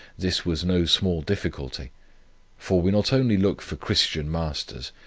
this was no small difficulty for we not only look for christian masters,